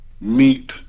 Meet